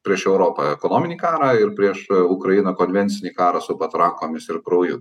prieš europą ekonominį karą ir prieš ukrainą konvencinį karą su patrankomis ir krauju